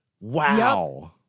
Wow